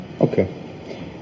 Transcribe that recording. Okay